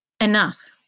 Enough